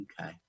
Okay